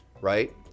right